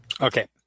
Okay